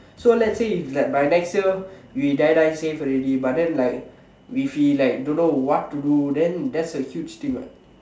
so let's say if like by next year we die die save already but then like if we like don't know what to do then that's a huge thing what